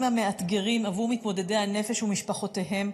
המאתגרים בעבור מתמודדי הנפש ומשפחותיהם,